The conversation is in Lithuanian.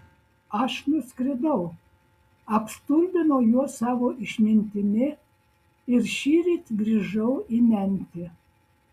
aš nuskridau apstulbinau juos savo išmintimi ir šįryt grįžau į memfį